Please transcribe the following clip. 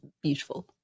beautiful